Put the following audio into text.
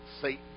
Satan